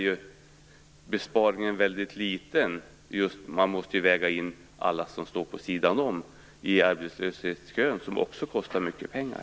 Man måste ju väga in alla som står vid sidan om i arbetslöshetskön. De kostar också mycket pengar.